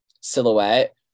silhouette